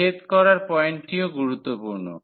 ছেদ করার পয়েন্টটিও গুরুত্বপূর্ণ